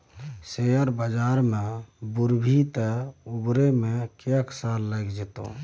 share बजार मे बुरभी तँ उबरै मे कैक साल लगि जेतौ